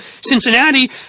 Cincinnati